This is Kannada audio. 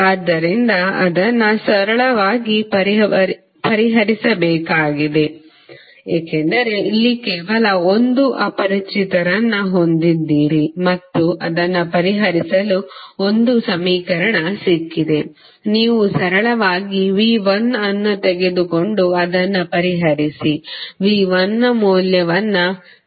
ಆದ್ದರಿಂದ ಅದನ್ನು ಸರಳವಾಗಿ ಪರಿಹರಿಸಬೇಕಾಗಿದೆ ಏಕೆಂದರೆ ಇಲ್ಲಿ ಕೇವಲ 1 ಅಪರಿಚಿತರನ್ನು ಹೊಂದಿದ್ದೀರಿ ಮತ್ತು ಅದನ್ನು ಪರಿಹರಿಸಲು ಒಂದು ಸಮೀಕರಣ ಸಿಕ್ಕಿದೆ ನೀವು ಸರಳವಾಗಿ V 1 ಅನ್ನು ತೆಗೆದುಕೊಂಡು ಅದನ್ನು ಪರಿಹರಿಸಿ V 1 ಮೌಲ್ಯವನ್ನು 79